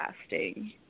casting